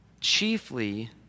Chiefly